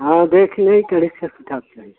हाँ देख लें गणित का किताब चाहिए